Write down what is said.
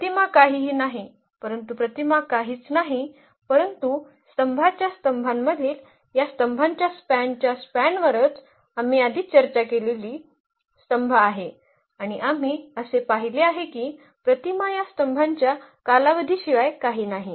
म्हणून प्रतिमा काहीही नाही परंतु प्रतिमा काहीच नाही परंतु स्तंभाच्या स्तंभांमधील या स्तंभांच्या स्पॅनच्या स्पॅनवरच आम्ही आधी चर्चा केलेली स्तंभ आहे आणि आम्ही असे पाहिले आहे की प्रतिमा या स्तंभांच्या कालावधीशिवाय काही नाही